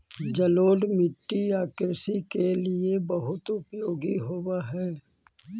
जलोढ़ मिट्टी या कृषि के लिए बहुत उपयोगी होवअ हई